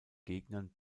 gegnern